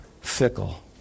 fickle